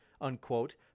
unquote